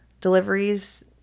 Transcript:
deliveries